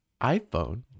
iPhone